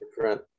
Different